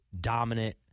dominant